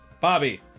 Bobby